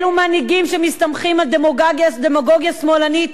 אלו מנהיגים שמסתמכים על דמגוגיה שמאלנית